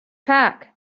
pack